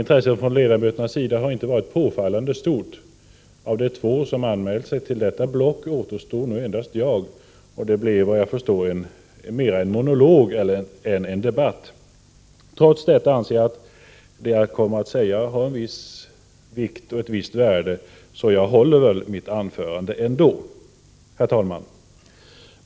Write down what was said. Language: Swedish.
Intresset från ledamöternas sida har dock inte varit påfallande stort. Av de två som var anmälda till detta block återstår nu endast jag. Det blir mer en monolog än en debatt. Trots detta anser jag att det jag kommer att säga har en viss vikt och ett visst värde, så jag håller väl mitt anförande ändå. Herr talman!